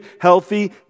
healthy